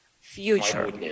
future